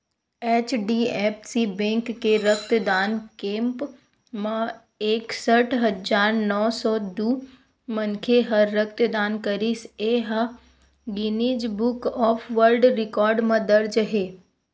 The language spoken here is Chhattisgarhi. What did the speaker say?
एच.डी.एफ.सी बेंक के रक्तदान कैम्प म एकसट हजार नव सौ दू मनखे ह रक्तदान करिस ए ह Guinness book of world record म दर्ज हे